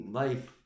life